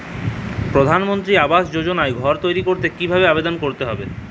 প্রধানমন্ত্রী আবাস যোজনায় ঘর তৈরি করতে কিভাবে আবেদন করতে হবে?